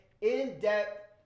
in-depth